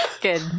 good